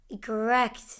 correct